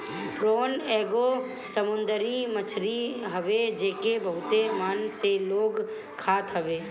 prawn एगो समुंदरी मछरी हवे जेके बहुते मन से लोग खात हवे